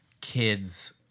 kids